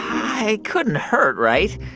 i couldn't hurt, right?